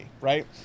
right